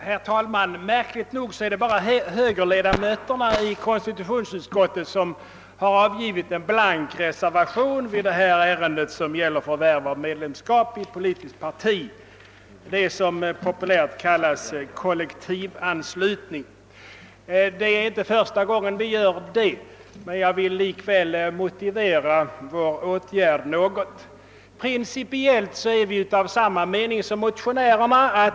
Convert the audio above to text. Herr talman! Märkligt nog är det bara högerledamöterna i konstitutionsutskottet som har reserverat sig blankt i detta ärende, som gäller förvärv av medlemskap i politiskt parti i den form som populärt brukar kallas kollektivanslutning. Det är inte första gången vi gjort det, men jag vill ändå här med några ord motivera vår åtgärd. Principiellt är vi av samma mening som motionärerna.